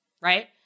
Right